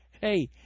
Hey